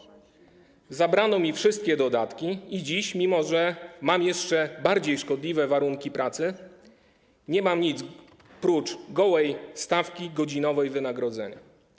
Zabrano mi wszystkie dodatki i dziś, mimo że pracuję w jeszcze bardziej szkodliwych warunkach, nie mam nic prócz gołej stawki godzinowej wynagrodzenia.